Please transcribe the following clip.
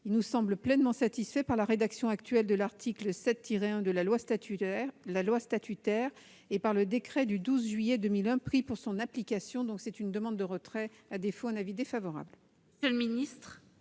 est pleinement satisfait par la rédaction actuelle de l'article 7-1 de la loi statutaire et par le décret du 12 juillet 2001 pris pour son application. La commission en demande donc le retrait ; à défaut, l'avis sera défavorable.